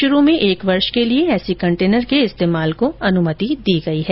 शुरू में एक वर्ष के लिए ऐसे कंटेनर के इस्तेमाल की अनुमति दी गई है